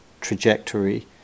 trajectory